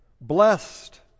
Blessed